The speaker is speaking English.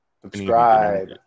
subscribe